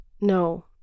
No